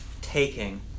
taking